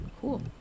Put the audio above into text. Cool